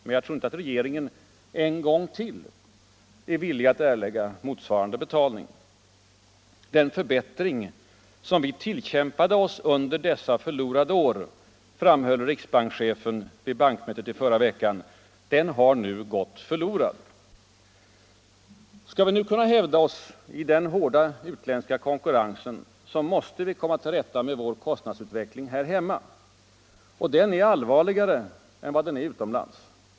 Men jag tror inte att regeringen en gång till är villig att erlägga motsvarande betalning. Den förbättring som vi ”tillkämpade oss under dessa förlorade år” — framhöll riksbankschefen vid bankmötet i förra veckan — har nu ”gått förlorad”. Skall vi nu kunna hävda oss i den hårda utländska konkurrensen, måste vi komma till rätta med kostnadsutvecklingen här hemma. Och den är allvarligare än vad den är utomlands.